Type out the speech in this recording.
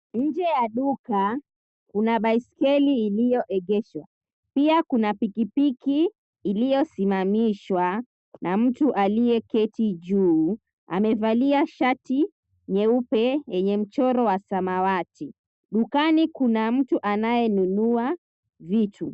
Nje ya duka, kuna baiskeli iliyoegeshwa. Pia kuna pikipiki iliyosimamishwa, na mtu aliyeketi juu, amevalia shati nyeupe yenye mchoro wa samawati. Dukani kuna mtu anayenunua vitu.